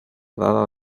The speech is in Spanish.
dada